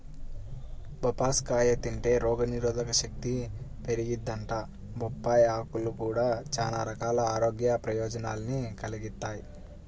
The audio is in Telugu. బొప్పాస్కాయ తింటే రోగనిరోధకశక్తి పెరిగిద్దంట, బొప్పాయ్ ఆకులు గూడా చానా రకాల ఆరోగ్య ప్రయోజనాల్ని కలిగిత్తయ్